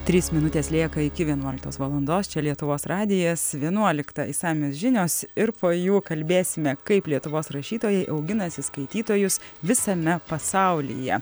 trys minutės lieka iki vienuoliktos valandos čia lietuvos radijas vienuoliktą išsamios žinios ir po jų kalbėsime kaip lietuvos rašytojai auginasi skaitytojus visame pasaulyje